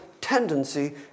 tendency